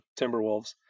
Timberwolves